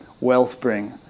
wellspring